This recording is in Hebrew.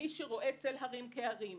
כמי שרואה צל הרים כהרים,